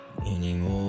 anymore